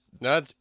No